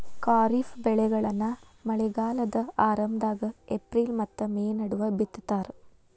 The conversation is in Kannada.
ಖಾರಿಫ್ ಬೆಳೆಗಳನ್ನ ಮಳೆಗಾಲದ ಆರಂಭದಾಗ ಏಪ್ರಿಲ್ ಮತ್ತ ಮೇ ನಡುವ ಬಿತ್ತತಾರ